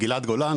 גלעד גולן.